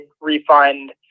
refund